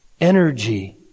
energy